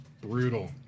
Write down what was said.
brutal